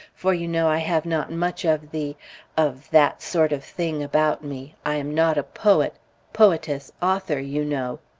for you know i have not much of the of that sort of thing about me i am not a poet poetess, author, you know.